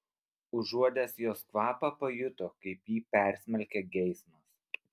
užuodęs jos kvapą pajuto kaip jį persmelkia geismas